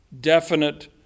definite